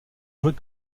jouer